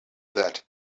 that